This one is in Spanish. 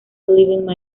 living